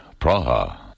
Praha